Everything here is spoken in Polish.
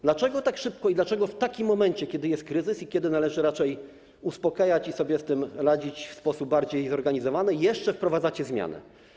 Dlaczego tak szybko i dlaczego w takim momencie, kiedy jest kryzys i kiedy należy raczej uspokajać i sobie z tym radzić w sposób bardziej zorganizowany, jeszcze wprowadzacie zmianę?